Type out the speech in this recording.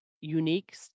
unique